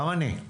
גם אני.